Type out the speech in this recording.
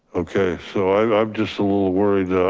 okay, so i'm i'm just a little worried.